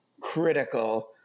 critical